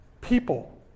people